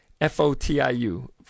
F-O-T-I-U